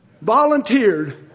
volunteered